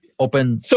Open